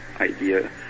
idea